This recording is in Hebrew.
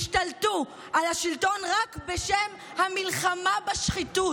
השתלטו על השלטון רק בשם המלחמה בשחיתות.